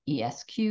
esq